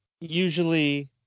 Usually